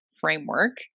framework